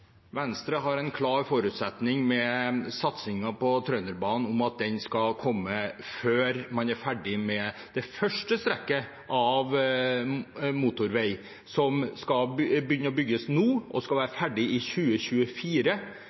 Venstre har en klar forutsetning når det gjelder satsingen på Trønderbanen, at den skal komme før man er ferdig med det første strekket av motorveien, som man skal begynne å bygge nå, og som skal være ferdig i 2024.